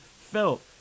felt